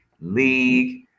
league